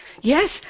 Yes